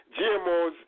GMOs